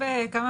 וזה כפי